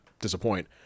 disappoint